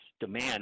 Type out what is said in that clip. demand